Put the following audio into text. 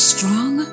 strong